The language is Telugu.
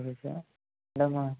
ఓకే సార్ అంటే మా